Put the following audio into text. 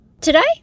Today